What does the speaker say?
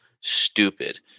stupid